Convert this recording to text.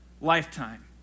lifetime